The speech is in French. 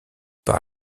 par